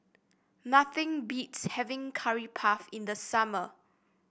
nothing beats having Curry Puff in the summer